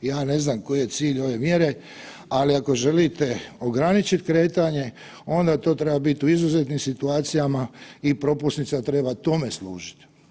Ja ne znam koji je cilj ove mjere, ali ako želite ograničit kretanje onda to treba biti u izuzetnim situacijama i propusnica treba tome služiti.